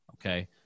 Okay